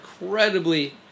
incredibly